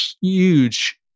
huge